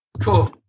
Cool